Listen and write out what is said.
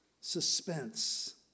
suspense